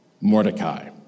Mordecai